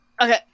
Okay